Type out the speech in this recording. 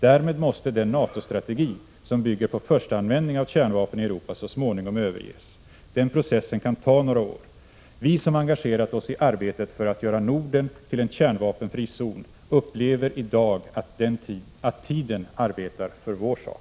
Därmed måste den NATO-strategi som bygger på förstaanvändning av kärnvapen i Europa så småningom överges. Den processen kan ta några år. Vi som engagerat oss i arbetet för att göra Norden till en kärnvapenfri zon upplever i dag att tiden arbetar för vår sak.